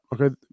Okay